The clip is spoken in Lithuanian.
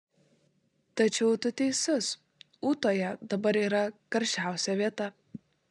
tačiau tu teisus ūtoje dabar yra karščiausia vieta